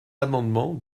amendement